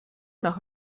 nach